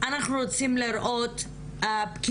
אנחנו רוצים לקרות את הפקידות,